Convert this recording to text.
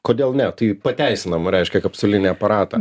kodėl ne tai pateisinama reiškia kapsulinį aparatą